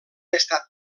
estat